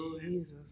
Jesus